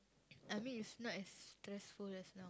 I mean it's not as stressful as now